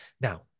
now